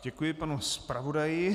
Děkuji panu zpravodaji.